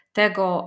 tego